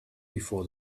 before